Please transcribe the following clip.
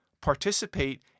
participate